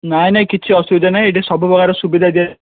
ନାହିଁ ନାହିଁ କିଛି ଅସୁବିଧା ନାହିଁ ଏଇଠି ସବୁ ପକାର ସୁବିଧା ଦିଆ